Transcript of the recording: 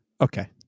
okay